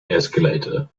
escalator